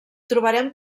trobarem